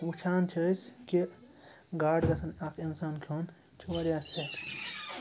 وٕچھان چھِ أسۍ کہِ گاڈٕ گَژھَن اَکھ اِنسان کھیوٚن یہِ چھُ واریاہ صحت